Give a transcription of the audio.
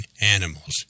animals